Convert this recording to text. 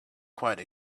quite